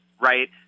right